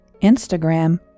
Instagram